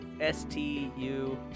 S-T-U